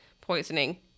poisoning